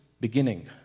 beginning